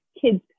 kids